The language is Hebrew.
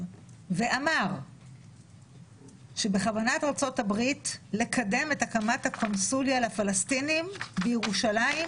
ואמר שבכוונת ארצות הברית לקדם את הקמת הקונסוליה לפלסטינים בירושלים